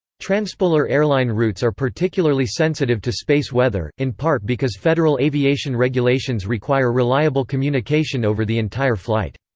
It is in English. transpolar airline routes are particularly sensitive to space weather, in part because federal aviation regulations require reliable communication over the entire flight.